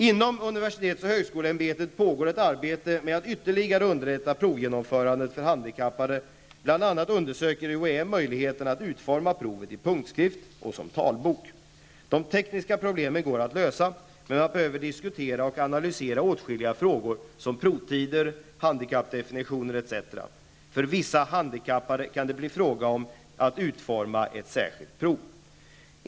Inom UHÄ pågår ett arbete med att ytterligare underlätta provgenomförandet för handikappade, bl.a. undersöker UHÄ möjligheterna att utforma provet i punktskrift och som talbok. De tekniska problemen går att lösa men man behöver diskutera och analysera åtskilliga frågor som provtider, handikappdefinitioner etc. För vissa handikappade kan det bli fråga om att utforma ett särskilt prov.